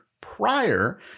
prior